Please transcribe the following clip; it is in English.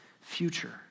future